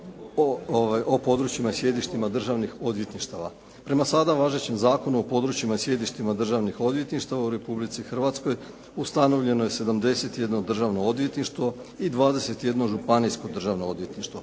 o područjima i sjedištima državnih odvjetništava. Prema sada važećem Zakonu o područjima i sjedištima državnih odvjetništava u Republici Hrvatskoj ustanovljeno je 71 državno odvjetništvo i 21 županijsko državno odvjetništvo.